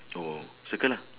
oh circle lah